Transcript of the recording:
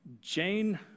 Jane